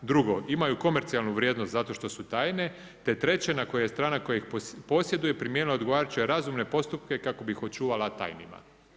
Drugo, imaju komercijalnu vrijednost zato što su tajne te treće na koje strana koja ih posjeduje je primijenila odgovarajuće razumne postupke kako bi ih očuvala tajnima.